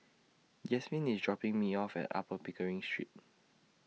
Yasmine IS dropping Me off At Upper Pickering Street